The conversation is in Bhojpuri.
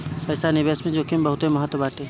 पईसा निवेश में जोखिम के बहुते महत्व बाटे